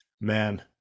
man